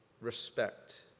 respect